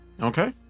okay